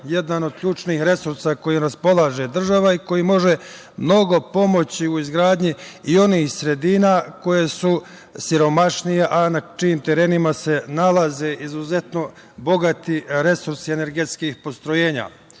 jedan od ključnih resursa kojima raspolaže država i koji može mnogo pomoći u izgradnji i onih sredina koje su siromašnije, a na čijim terenima se nalaze izuzetno bogati resursi energetskih postrojenja. Ovde